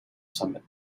summit